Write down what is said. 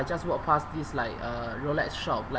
just walk past this like uh rolex shop like